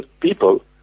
people